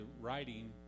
writing